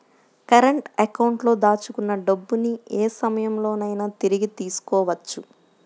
current అకౌంట్లో దాచుకున్న డబ్బుని యే సమయంలోనైనా తిరిగి తీసుకోవచ్చు